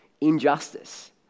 injustice